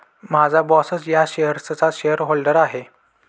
माझा बॉसच या शेअर्सचा शेअरहोल्डर आहे